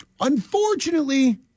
Unfortunately